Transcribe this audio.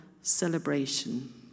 celebration